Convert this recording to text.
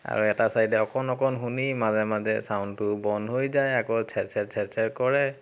আৰু এটা চাইদে অকণ অকণ শুনি মাজে মাজে চাউণ্ডটো বন্ধ হৈ যায় আকৌ চেৰ চেৰ চেৰ চেৰ কৰে